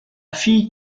fille